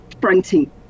fronting